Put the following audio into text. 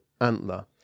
Antler